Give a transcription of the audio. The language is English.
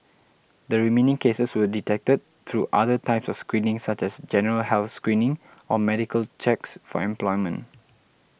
the remaining cases were detected through other types of screening such as general health screening or medical checks for employment